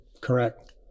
Correct